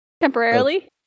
temporarily